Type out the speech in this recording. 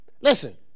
Listen